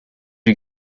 you